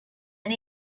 and